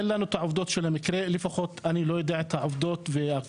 אין לנו את העובדות של המקרה - לפחות אני לא יודע את העובדות והכל.